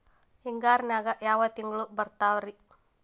ಹಿಂಗಾರಿನ್ಯಾಗ ಯಾವ ತಿಂಗ್ಳು ಬರ್ತಾವ ರಿ?